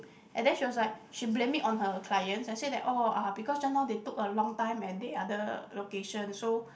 and then she was like she blame it on her clients and said that oh uh because just now they took a long time at the other location so